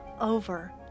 over